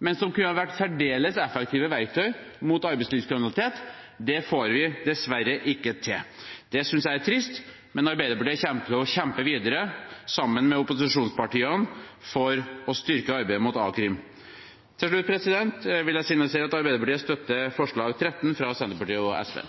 men som kunne vært særdeles effektive verktøy mot arbeidslivskriminalitet. Det får vi dessverre ikke til. Det synes jeg er trist, men Arbeiderpartiet kommer til å kjempe videre, sammen med opposisjonspartiene, for å styrke arbeidet mot arbeidslivskriminalitet. Til slutt vil jeg signalisere at Arbeiderpartiet vil støtte forslag nr. 13, fra Senterpartiet og SV.